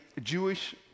Jewish